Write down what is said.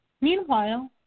Meanwhile